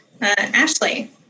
Ashley